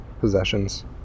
possessions